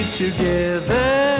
together